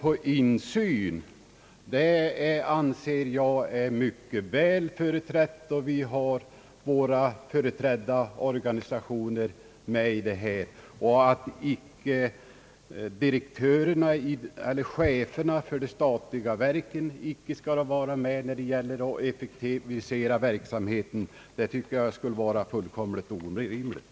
Jag anser att kravet på insyn är mycket väl tillgodosett. Våra organisationer är ju företrädda i denna kommitté, och jag tycker att det vore orimligt, om icke cheferna för de statliga verken skulle vara med när det gäller att effektivisera verksamheten på detta område.